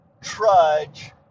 trudge